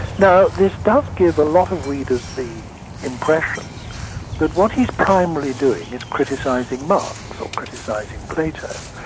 now, this does give a lot of readers the impression that, what he's primarily doing is criticising marx or criticising plato,